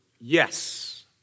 yes